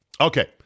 Okay